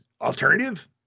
Alternative